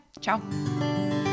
Ciao